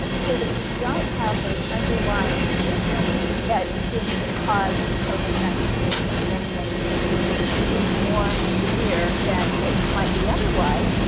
so that we don't have those underlying conditions that seem to cause the covid nineteen in many, many cases to be more severe than it might be otherwise,